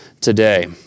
today